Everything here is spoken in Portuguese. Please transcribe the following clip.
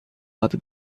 lado